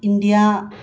India